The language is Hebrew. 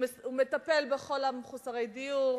הוא מטפל בכל מחוסרי הדיור,